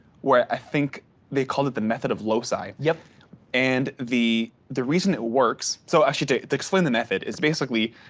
where i think they call it the method of low side. yeah and the the reason it works. so i should explain the method is basically,